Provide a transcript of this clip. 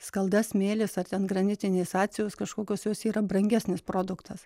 skalda smėlis ar ten granitinės atsijos kažkokios jos yra brangesnis produktas